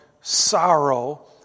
sorrow